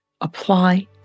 apply